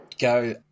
go